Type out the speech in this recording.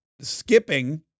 skipping